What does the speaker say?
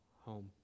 home